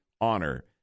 honor